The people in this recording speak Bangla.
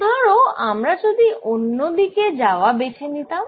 ধরো আমরা যদি অন্য দিকে যাওয়া বেছে নিতাম